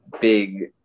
big